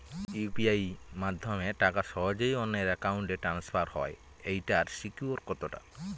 UPI মাধ্যমে টাকা সহজেই অন্যের অ্যাকাউন্ট ই ট্রান্সফার হয় এইটার সিকিউর কত টা?